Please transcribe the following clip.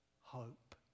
hope